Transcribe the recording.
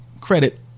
credit